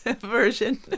version